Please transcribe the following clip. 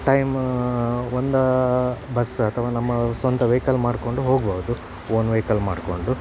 time ಒಂದಾ bus ಅಥವ ನಮ್ಮ ಸ್ವಂತ ವೆಯಿಕಲ್ ಮಾಡಿಕೊಂಡು ಹೋಗ್ಬೋದು ಓನ್ ವೆಯಿಕಲ್ ಮಾಡಿಕೊಂಡು